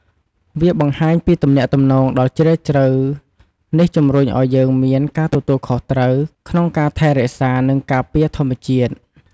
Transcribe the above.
វាបង្ហាញពីទំនាក់ទំនងដ៏ជ្រាលជ្រៅនេះជំរុញឲ្យយើងមាន ការទទួលខុសត្រូវ ក្នុងការថែរក្សា និងការពារធម្មជាតិ។